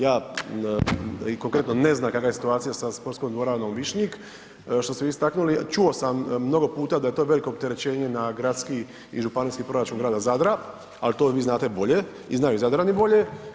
Ja konkretno ne znam kakva je situacija sa sportskom dvoranom Višnjik što ste vi istaknuli, čuo sam mnogo puta da je to veliko opterećenje na gradski i županijski proračun grada Zadra, ali to vi znate bolje i znaju Zadrani bolje.